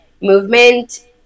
movement